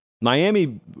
Miami